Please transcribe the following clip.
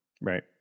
Right